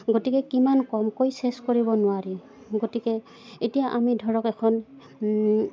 গতিকে কিমান ক'ম কৈ চেছ কৰিব নোৱাৰি গতিকে এতিয়া আমি ধৰক এখন